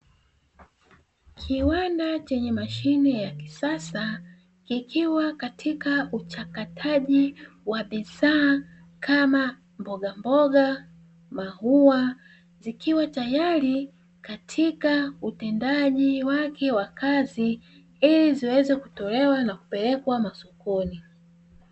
Kiwanda chenye mashine ya kisasa ikiwa katika uchakataji wa bidhaa kama mbogamboga, maua zikiwa tayari katika utendaji wake wa kazi ili ziweze kutolewa na kupelekwa masokoni.